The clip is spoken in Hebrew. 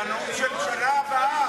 זה הנאום של השנה הבאה.